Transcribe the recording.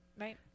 Right